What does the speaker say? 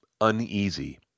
uneasy